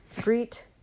Greet